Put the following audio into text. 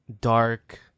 dark